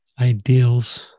ideals